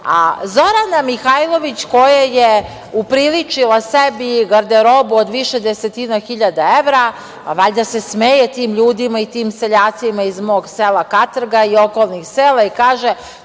a Zorana Mihajlović koja je upriličila sebi garderobu od više desetina hiljada evra, valjda se smeje tim ljudima i seljacima iz mog sela Katrga i okolnih sela i kaže